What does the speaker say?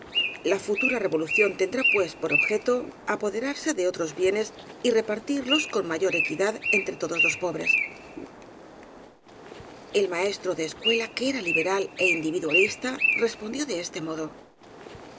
la futura revolución tendrá pues por objeto apode rarse de otros bienes y repartirlos con mayor equi dad entre todos los pobres el maestro de escuela que era liberal é indivi dualista respondió de este modo